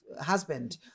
husband